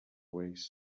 waist